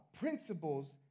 principles